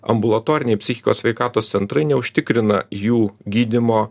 ambulatoriniai psichikos sveikatos centrai neužtikrina jų gydymo